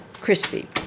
crispy